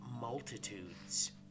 multitudes